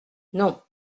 non